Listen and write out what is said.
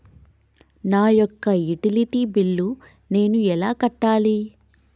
నా యొక్క utility bill నేను ఎలా కట్టాలి?